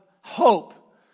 hope